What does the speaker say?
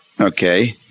Okay